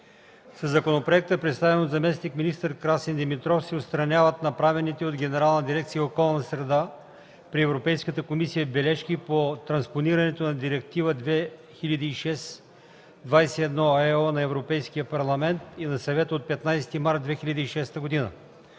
Със законопроекта, представен от заместник-министър Красин Димитров, се отстраняват направените от Генерална дирекция „Околна среда” при Европейската комисия бележки по транспонирането на Директива 2006/21/ЕО на Европейския парламент и на Съвета от 15 март 2006 г.